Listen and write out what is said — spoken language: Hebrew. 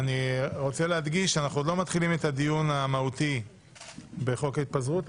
אני רוצה להדגיש שאנחנו עוד לא מתחילים את הדיון המהותי בחוק ההתפזרות,